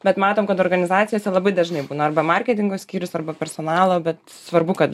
bet matom kad organizacijose labai dažnai būna arba marketingo skyrius arba personalo bet svarbu kad